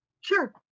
Sure